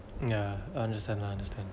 yeah I understand I understand